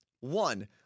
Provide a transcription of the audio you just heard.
One